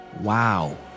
Wow